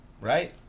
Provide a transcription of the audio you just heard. right